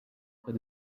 près